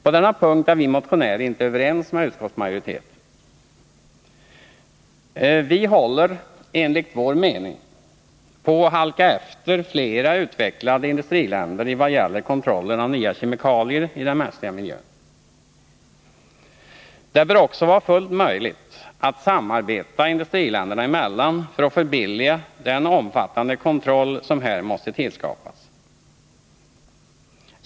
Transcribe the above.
På denna punkt är vi motionärer inte överens med utskottsmajoriteten. Sverige håller, enligt vår mening, på att halka efter flera utvecklade industriländer när det gäller kontrollen av nya kemikalier i den mänskliga miljön. Det bör också vara fullt möjligt att samarbeta industriländerna emellan för att förbilliga den omfattande kontroll som här måste tillskapas.